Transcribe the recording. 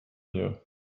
mir